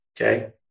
okay